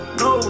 no